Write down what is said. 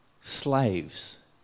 slaves